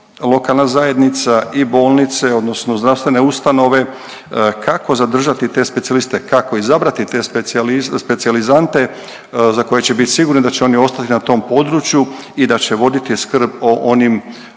lokalna zajednica i bolnice, odnosno zdravstvene ustanove kako zadržati te specijaliste, kako izabrati te specijalizante za koje će biti sigurni da će oni ostati na tom području i da će voditi skrb o onim